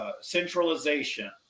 centralization